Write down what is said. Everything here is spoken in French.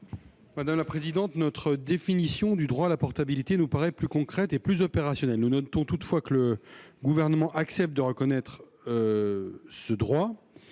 de la commission ? Notre définition du droit à la portabilité nous paraît plus concrète et plus opérationnelle. Nous notons toutefois que le Gouvernement accepte de reconnaître ce droit,